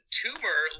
tumor